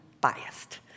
biased